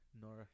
Nora